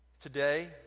Today